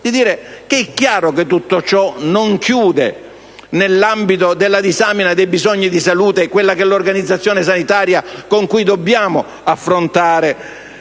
è chiaro che tutto ciò non chiude, nell'ambito della disamina dei bisogni di salute, l'organizzazione sanitaria con cui dobbiamo affrontare